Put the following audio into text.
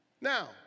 Now